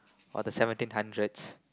or the seventeen hundred